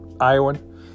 Iowan